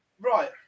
Right